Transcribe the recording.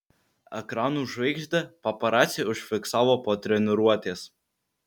ekranų žvaigždę paparaciai užfiksavo po treniruotės